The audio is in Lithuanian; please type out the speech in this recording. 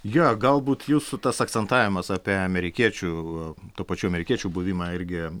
jo galbūt jūsų tas akcentavimas apie amerikiečių tuo pačiu amerikiečių buvimą irgi